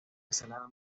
ensalada